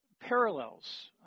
parallels